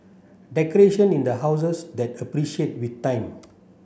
decoration in the houses that appreciate with time